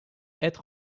être